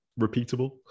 repeatable